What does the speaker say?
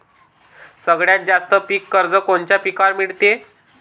सगळ्यात जास्त पीक कर्ज कोनच्या पिकावर मिळते?